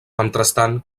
mentrestant